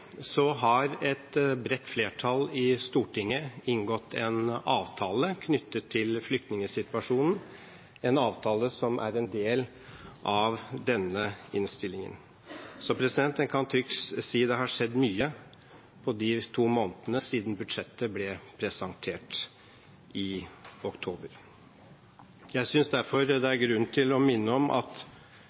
Så en kan trygt si at det har skjedd mye på de to månedene som har gått siden budsjettet ble presentert i oktober. Jeg synes derfor det er grunn til å minne om at